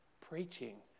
preaching